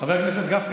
חבר הכנסת גפני,